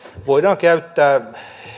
voidaan käyttää